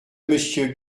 monsieur